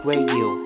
Radio